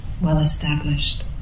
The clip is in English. well-established